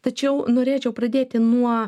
tačiau norėčiau pradėti nuo